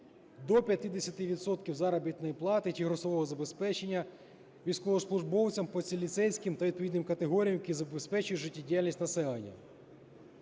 відсотків заробітної плати чи грошового забезпечення військовослужбовцям, поліцейським та відповідним категоріям, які забезпечують життєдіяльність населення.